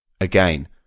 Again